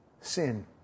sin